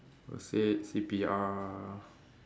will say C_P_R